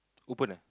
open eh